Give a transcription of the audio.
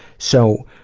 so